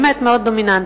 באמת מאוד דומיננטי.